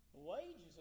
wages